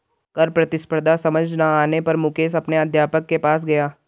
कर प्रतिस्पर्धा समझ ना आने पर मुकेश अपने अध्यापक के पास गया